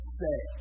say